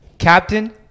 Captain